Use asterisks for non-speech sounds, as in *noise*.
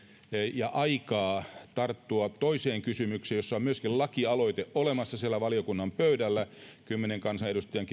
ja aikaa tarttua toiseen kysymykseen josta on myöskin lakialoite olemassa siellä valiokunnan pöydällä kymmenen kansanedustajan *unintelligible*